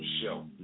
Show